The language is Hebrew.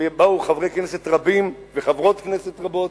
ובאו חברי כנסת רבים וחברות כנסת רבות,